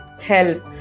help